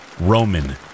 Roman